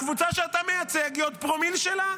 הקבוצה שאתה מייצג היא עוד פרומיל שלה,